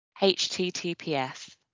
https